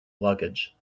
luggage